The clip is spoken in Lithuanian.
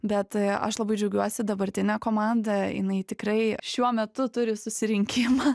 bet aš labai džiaugiuosi dabartine komanda jinai tikrai šiuo metu turi susirinkimą